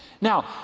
Now